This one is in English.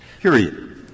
Period